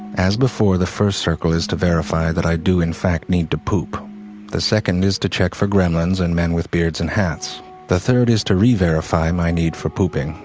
as before the first circle is to verify that i do in fact need to poop the second is to check for gremlins and men with beards and hats the third is to re-verify my need for pooping,